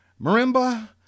marimba